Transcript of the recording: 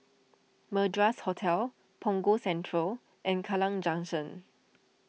Madras Hotel Punggol Central and Kallang Junction